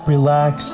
Relax